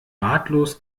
ratlos